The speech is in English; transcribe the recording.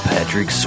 Patrick